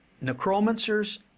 necromancers